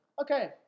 okay